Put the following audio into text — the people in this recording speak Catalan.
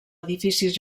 edificis